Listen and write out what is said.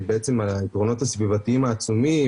על היתרונות הסביבתיים העצומים,